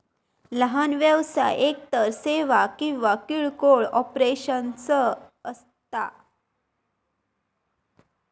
लहान व्यवसाय एकतर सेवा किंवा किरकोळ ऑपरेशन्स असता